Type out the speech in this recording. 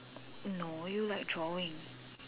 no you like drawing